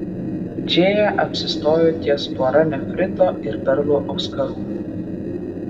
džėja apsistojo ties pora nefrito ir perlų auskarų